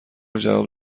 جواب